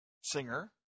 singer